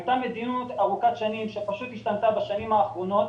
הייתה מדיניות ארוכת שנים שהשתנתה בשנים האחרונות.